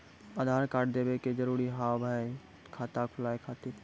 आधार कार्ड देवे के जरूरी हाव हई खाता खुलाए खातिर?